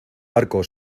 barco